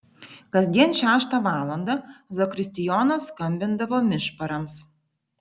kasdien šeštą valandą zakristijonas skambindavo mišparams